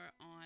on